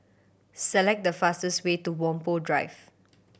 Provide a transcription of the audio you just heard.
select the fastest way to Whampoa Drive